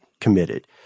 committed